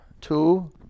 Two